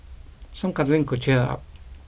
some cuddling could cheer her up